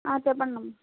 చెప్పండమ్మ